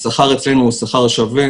השכר אצלנו הוא שכר שווה